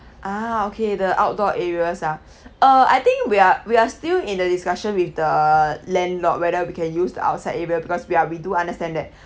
ah okay the outdoor areas ah uh I think we are we are still in the discussion with the landlord whether we can use the outside area because we are we do understand that